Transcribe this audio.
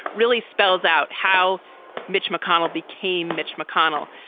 really spells out how mitch mcconnell became mitch mcconnell.